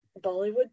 Bollywood